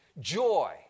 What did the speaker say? Joy